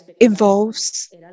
involves